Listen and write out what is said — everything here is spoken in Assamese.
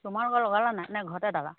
তোমাৰ এইবাৰ লগালা নে নাই নে ঘৰতে দাৱা